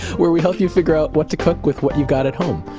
where we help you figure out what to cook with what you've got at home.